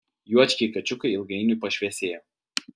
juočkiai kačiukai ilgainiui pašviesėjo